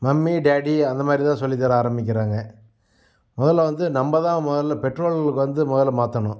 mummy daddy அந்தமாதிரி தான் சொல்லி தர ஆரம்பிக்கிறாங்க முதல்ல வந்து நம்ம தான் முதல்ல பெற்றோர்களுக்கு வந்து முதல்ல மாற்றணும்